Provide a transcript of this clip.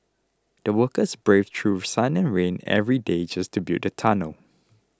the workers braved through sun and rain every day just to build the tunnel